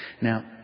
now